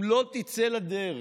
אם לא יצא לדרך